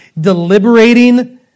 Deliberating